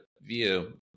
view